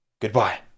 goodbye